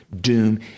doom